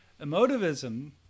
Emotivism